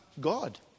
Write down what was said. God